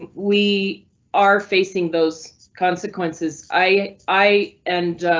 and we are facing those consequences. i i and